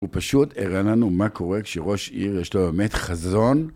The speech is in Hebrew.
הוא פשוט הראה לנו מה קורה כשראש עיר יש לו באמת חזון.